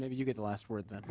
maybe you get the last word that